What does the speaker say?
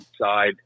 side